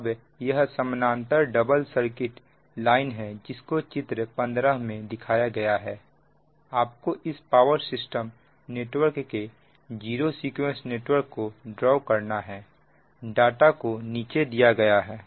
अब यह समानांतर डबल सर्किट लाइन है जिसको चित्र 15 में दिखाया गया है आपको इस पावर सिस्टम नेटवर्क के जीरो सीक्वेंस नेटवर्क को ड्रॉ करना है डाटा को नीचे दिया गया है